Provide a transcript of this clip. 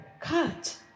cut